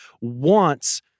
wants